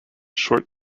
short